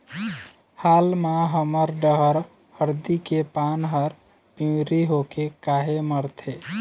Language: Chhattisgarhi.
हाल मा हमर डहर हरदी के पान हर पिवरी होके काहे मरथे?